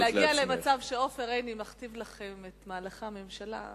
שלהגיע למצב שעופר עיני מכתיב לכם את מהלכי הממשלה,